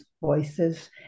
voices